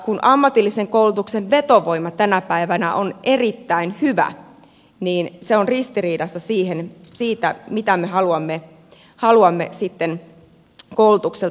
kun ammatillisen koulutuksen vetovoima tänä päivänä on erittäin hyvä niin se on ristiriidassa sen kanssa mitä me haluamme sitten koulutukselta tulevaisuudessa